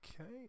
okay